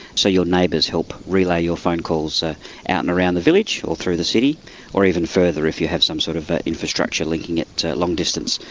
so your neighbours help relay your phone calls ah out and around the village or through the city or even further if you have some sort of infrastructure linking it long distance,